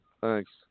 Thanks